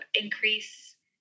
increase